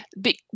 big